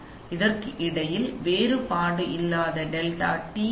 அதாவது இதற்கு இடையில் வேறுபாடு இல்லாத டெல்டா டி